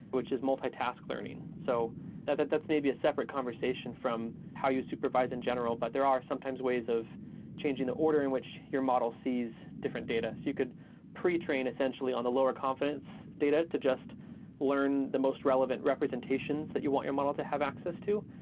which is multitask learning. so that's maybe a separate conversation from how you supervise in general, but there are sometimes ways of changing the order in which your model sees different data. you could pre-train essentially on the lower confidence data to just learn the most relevant representations that you want your model to have access to,